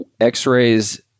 X-rays